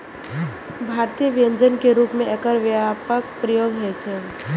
भारतीय व्यंजन के रूप मे एकर व्यापक प्रयोग होइ छै